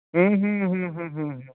ᱦᱩᱸ ᱦᱩᱸ ᱦᱩᱸ ᱦᱩᱸ ᱦᱩᱸ